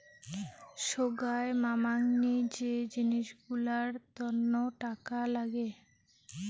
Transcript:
সোগায় মামাংনী যে জিনিস গুলার তন্ন টাকা লাগে